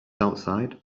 outside